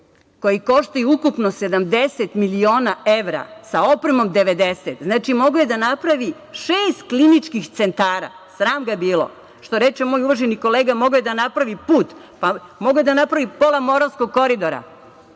koji koštaju ukupno 70 miliona evra, sa opremom 90 miliona evra. Znači mogao je da napravi šest kliničkih centara, sram ga bilo. Što reče moj uvaženi kolega, mogao je da napravi put, moga je da napravi pola Moravskog koridora.